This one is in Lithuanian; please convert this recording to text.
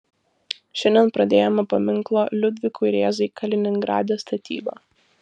šiandien pradėjome paminklo liudvikui rėzai kaliningrade statybą